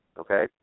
okay